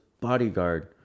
bodyguard